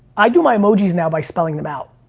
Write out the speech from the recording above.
i do my emojis now by spelling them out.